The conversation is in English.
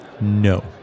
No